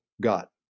got